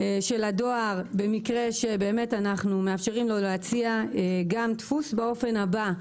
של הדואר במקרה שבאמת אנחנו מאפשרים לו להציע גם דפוס באופן הבא: